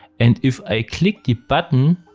and if i click the button.